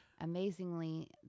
Amazingly